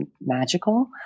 magical